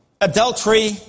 adultery